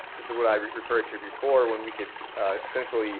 this is what i referred to before when we could essentially